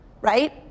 right